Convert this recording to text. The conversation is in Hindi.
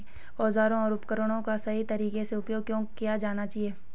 औजारों और उपकरणों का सही तरीके से उपयोग क्यों किया जाना चाहिए?